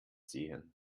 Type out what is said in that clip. sehen